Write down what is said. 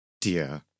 dear